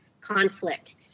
conflict